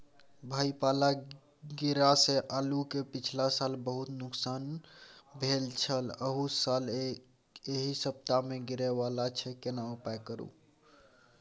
भाई पाला गिरा से आलू के पिछला साल बहुत नुकसान भेल छल अहू साल एहि सप्ताह में गिरे वाला छैय केना उपाय करू?